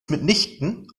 mitnichten